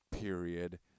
period